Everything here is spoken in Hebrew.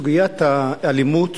סוגיית האלימות